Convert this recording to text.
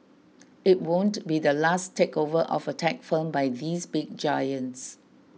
it won't be the last takeover of a tech firm by these big giants